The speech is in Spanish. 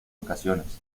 ocasiones